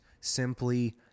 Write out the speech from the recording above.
simply